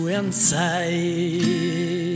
inside